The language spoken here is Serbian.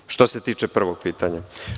To je što se tiče prvog pitanja.